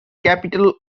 capital